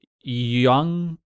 young